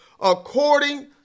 according